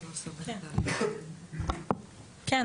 כן,